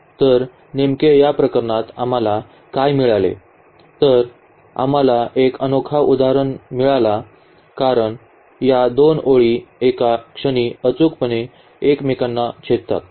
तर नेमके या प्रकरणात आम्हाला काय मिळाले ते आम्हाला एक अनोखा समाधान मिळाला कारण या दोन ओळी एका क्षणी अचूकपणे एकमेकांना छेदतात